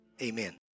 amen